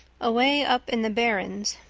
away up in the barrens,